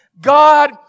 God